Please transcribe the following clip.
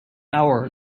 hour